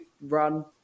run